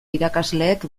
irakasleek